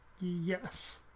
Yes